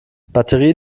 batterie